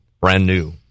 brand-new